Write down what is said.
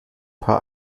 paar